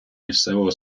місцевого